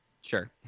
sure